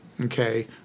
okay